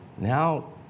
now